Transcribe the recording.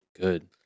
Good